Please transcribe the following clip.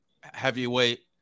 heavyweight